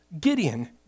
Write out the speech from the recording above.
Gideon